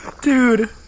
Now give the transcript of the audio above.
Dude